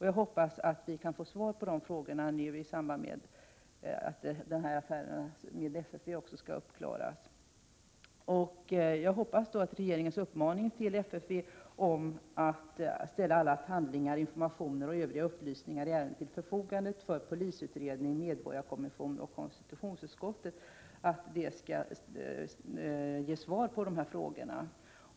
Jag hoppas att vi nu kan få svar på dessa frågor i samband med att denna affär skall klaras upp. Jag hoppas att regeringens uppmaning till FFV om att ställa alla handlingar, informationer och övriga upplysningar i ärendet till förfogande för polisutredningen, medborgarkommissionen och konstitutionsutskottet skall ge svar på frågorna.